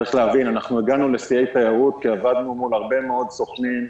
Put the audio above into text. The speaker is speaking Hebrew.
צריך להבין: אנחנו הגענו לשיאי תיירות כי עבדנו מול הרבה מאוד סוכנים,